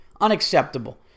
unacceptable